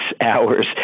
hours